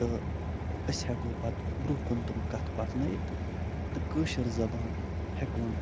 تہٕ أسۍ ہٮ۪کو پتہٕ برٛونٛہہ کُن تِم کَتھٕ پکنٲیِتھ تہٕ کٲشِر زبان ہکون